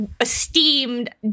esteemed